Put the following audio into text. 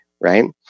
right